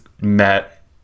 Met